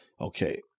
Okay